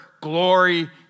glory